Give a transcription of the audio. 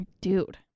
Dude